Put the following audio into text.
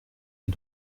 est